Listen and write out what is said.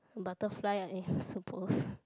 butterfly and if you suppose